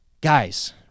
Guys